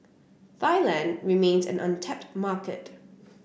Thailand remains an untapped market